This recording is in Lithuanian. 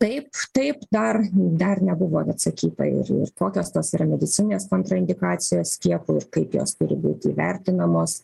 taip taip dar dar nebuvo atsakyta ir ir kokios tos yra medicininės kontraindikacijos skiepo ir kaip jos turi būti vertinamos